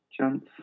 Chance